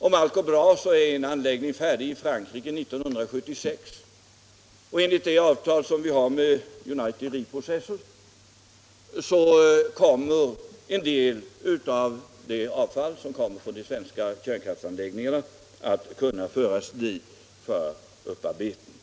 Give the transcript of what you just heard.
Om allt går bra är en anläggning färdig i Frankrike 1976, och enligt det avtal som vi har med United Reprocessors kommer en del av avfallet från de svenska kärnkraftsanläggningarna att kunna föras dit för upparbetning.